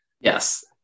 Yes